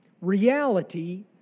Reality